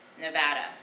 Nevada